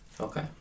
Okay